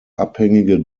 abhängige